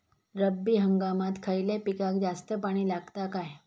रब्बी हंगामात खयल्या पिकाक जास्त पाणी लागता काय?